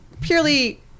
purely